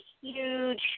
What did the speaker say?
huge